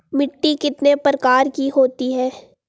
मिट्टी कितने प्रकार की होती हैं?